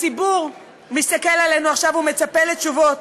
הציבור מסתכל עלינו עכשיו ומחכה לתשובות.